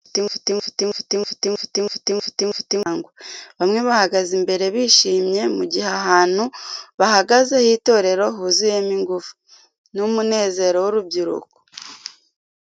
Itsinda rinini ry’abana bafite ingufu nyinshi bahagaze mu mbuga, bamwe bambaye imipira y'icyatsi abandi iy'umuhondo, bahagaze hamwe mu itorero, basa n'abumva neza ikiganiro kiri gutangwa, bamwe bahagaze imbere bishimye mu gihe ahantu bahagaze h’itorero huzuyemo ingufu. n’umunezero w’urubyiruko.